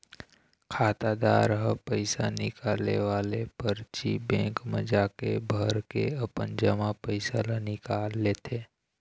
खातादार ह पइसा निकाले वाले परची बेंक म जाके भरके अपन जमा पइसा ल निकाल लेथे